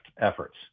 efforts